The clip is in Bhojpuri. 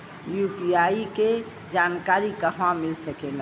यू.पी.आई के जानकारी कहवा मिल सकेले?